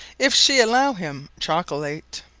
if shee allow him chocolate!